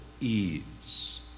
ease